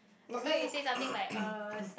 nothing